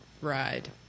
ride